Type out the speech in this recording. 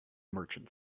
merchant